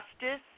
justice